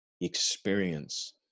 experience